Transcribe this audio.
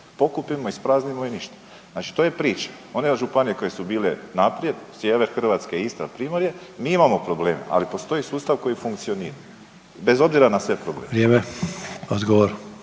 Pokupimo, ispraznimo i ništa. Znači to je priča. One županije koje su bile naprijed, sjever Hrvatske, Istra, primorje, mi imamo problem, ali postoji sustav koji funkcionira. Bez obzira na sve probleme.